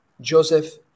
Joseph